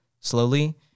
slowly